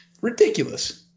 Ridiculous